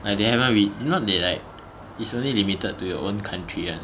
like they haven't re~ you know they like is only limited to your own country [one]